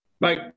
Bye